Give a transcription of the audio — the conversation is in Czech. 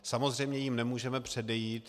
Samozřejmě jim nemůžeme předejít.